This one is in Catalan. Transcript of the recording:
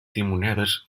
timonedes